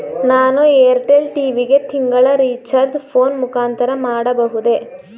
ನಾನು Airtel TV ಗೆ ತಿಂಗಳ ರಿಚಾರ್ಜ್ ಫೋನ್ ಮುಖಾಂತರ ಮಾಡಬಹುದೇ?